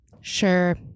Sure